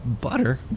Butter